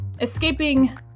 escaping